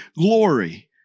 glory